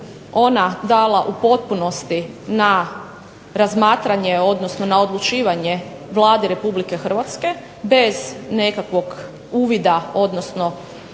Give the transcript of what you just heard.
ona dala u potpunosti na razmatranje, odnosno na odlučivanje Vladi Republike Hrvatske, bez nekakvog uvida, odnosno